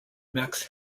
max